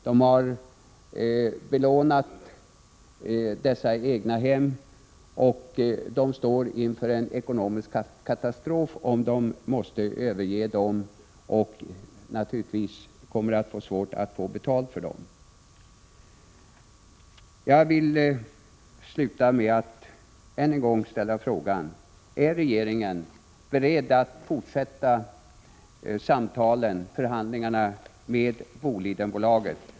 De har belånat dessa egnahem och står nu inför en ekonomisk katastrof, om de måste överge dem. De kommer naturligtvis att få svårigheter att få betalt för sina hus. Jag vill avsluta med att än en gång ställa frågan: Är regeringen beredd att fortsätta samtalen, förhandlingarna, med Bolidenbolaget?